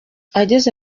ageze